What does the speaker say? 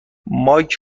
مایک